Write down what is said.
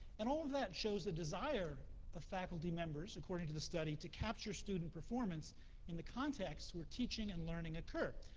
and all that shows a desire of faculty members, according to the study, to capture student performance in the context where teaching and learning occur.